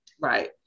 Right